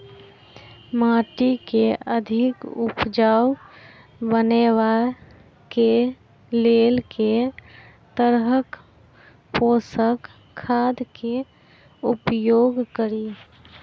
माटि केँ अधिक उपजाउ बनाबय केँ लेल केँ तरहक पोसक खाद केँ उपयोग करि?